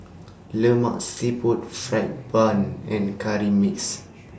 Lemak Siput Fried Bun and Curry Mixed